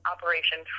Operation